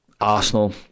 Arsenal